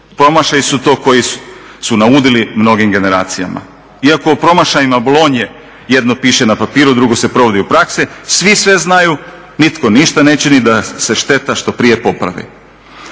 Promašaji su to koji su naudili mnogim generacijama. Iako o promašajima bolonje jedno piše na papiru, drugo se provodi u praksi, svi sve znaju, nitko ništa neće ni da se šteta što prije popravi.